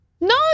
no